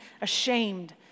ashamed